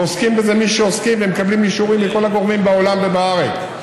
ועוסקים בזה מי שעוסקים ומקבלים אישורים מכל הגורמים בעולם ובארץ,